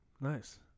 Nice